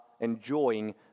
enjoying